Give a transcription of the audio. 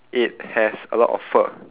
it has a lot of fur